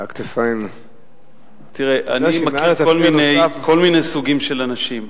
והכתפיים, תראה, אני מכיר כל מיני סוגים של אנשים.